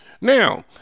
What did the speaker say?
Now